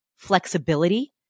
Flexibility